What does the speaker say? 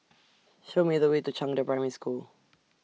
Show Me The Way to Zhangde Primary School